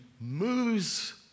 moves